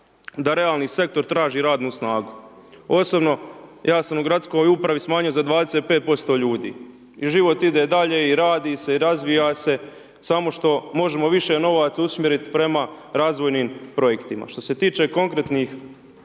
da realni sektor traži radnu snagu. Osobno ja sam u gradskoj upravi smanjio za 25% ljudi. I život ide dalje i radi se i razvija se, samo što možemo više novaca usmjeriti prema razvojnim projektima. Što se tiče konkretnih